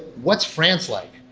what's france like?